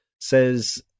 says